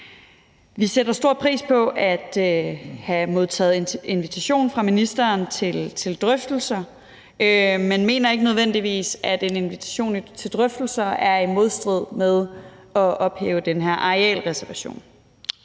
Vi sætter stor pris på at have modtaget en invitation fra ministeren til drøftelser, men mener ikke nødvendigvis, at en invitation til drøftelser er i modstrid med at ophæve den her arealreservation.